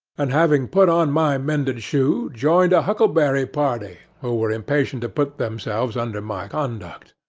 and, having put on my mended shoe, joined a huckleberry party, who were impatient to put themselves under my conduct